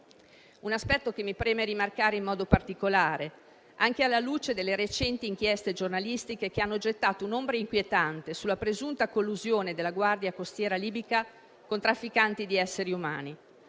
un aspetto che mi preme rimarcare in modo particolare, anche alla luce delle recenti inchieste giornalistiche, che hanno gettato un'ombra inquietante sulla presunta collusione della Guardia costiera libica con trafficanti di esseri umani